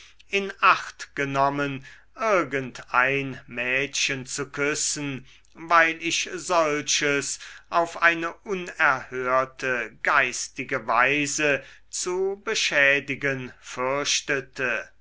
in acht genommen irgend ein mädchen zu küssen weil ich solches auf eine unerhörte geistige weise zu beschädigen